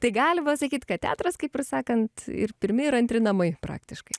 tai galima sakyt kad teatras kaip ir sakant ir pirmi ir antri namai praktiškai